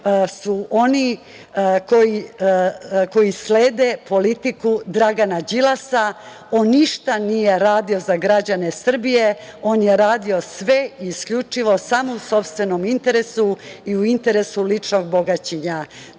su oni koji slede politiku Dragana Đilasa. On ništa nije radio za građane Srbije, on je radio sve isključivo samo u sopstvenom interesu i u interesu ličnog bogaćenja.